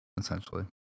essentially